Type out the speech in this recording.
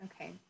Okay